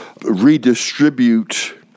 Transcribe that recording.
redistribute